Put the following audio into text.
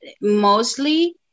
mostly